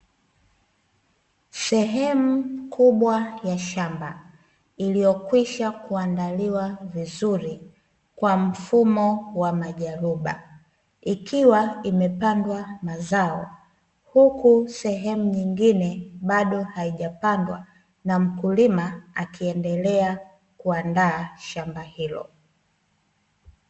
Sehemu kubwa ya shamba iliokwisha kuandaliwa vizuri kwa mfumo wa majaruba, ikiwa imepandwa mazao huku sehemu nyingine bado haijapandwa, na mkulima akiendelea kuandaa shamba hilo.